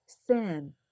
sin